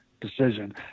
Decision